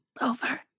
over